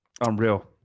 Unreal